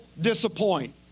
disappoint